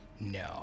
No